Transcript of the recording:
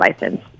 license